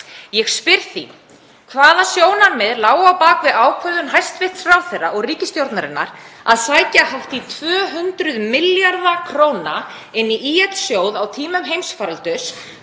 Ég spyr því: Hvaða sjónarmið lágu á bak við ákvörðun hæstv. ráðherra og ríkisstjórnarinnar að sækja hátt í 200 milljarða kr. inn í ÍL-sjóð á tímum heimsfaraldurs,